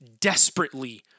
desperately